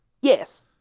Yes